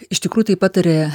iš tikrųjų tai patarė